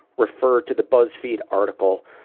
refer to the buzzfeed article,